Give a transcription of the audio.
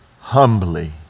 humbly